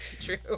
true